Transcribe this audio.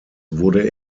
wurde